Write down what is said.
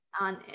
on